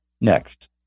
Next